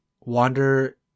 Wander